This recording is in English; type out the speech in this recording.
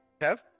Kev